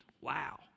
Wow